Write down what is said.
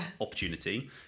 opportunity